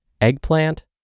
Eggplant